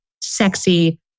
sexy